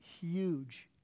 huge